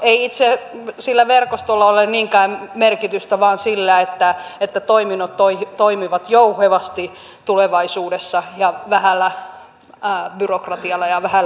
ei itse sillä verkostolla ole niinkään merkitystä vaan sillä että toiminnot toimivat jouhevasti tulevaisuudessa ja vähällä byrokratialla ja vähällä rahalla